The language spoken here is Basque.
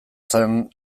zen